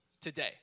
today